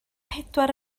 pedwar